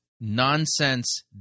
nonsense